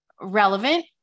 relevant